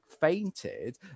fainted